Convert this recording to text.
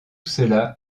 cela